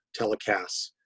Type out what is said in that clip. telecasts